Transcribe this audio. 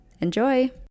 Enjoy